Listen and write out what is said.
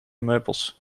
meubels